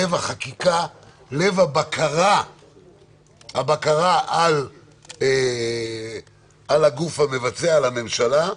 לב החקיקה, לב הבקרה על הגוף המבצע, על הממשלה.